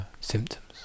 symptoms